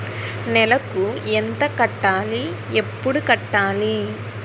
నెలకు ఎంత కట్టాలి? ఎప్పుడు కట్టాలి?